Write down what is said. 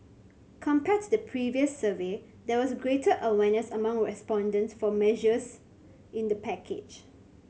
compared to the previous survey there was greater awareness among respondents for measures in the package